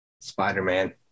Spider-Man